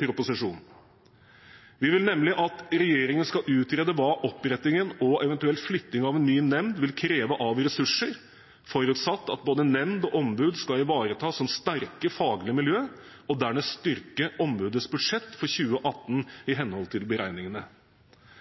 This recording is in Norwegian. proposisjon. Vi vil nemlig at regjeringen skal utrede hva opprettingen og eventuelt flytting av en ny nemnd vil kreve av ressurser, forutsatt at både nemnd og ombud skal ivaretas som sterke faglige miljøer, og dernest styrke ombudets budsjett for 2018 i henhold til beregningene.